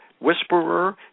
whisperer